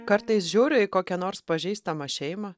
kartais žiūriu į kokią nors pažįstamą šeimą